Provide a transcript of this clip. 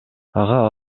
ага